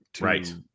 Right